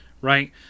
right